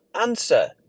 answer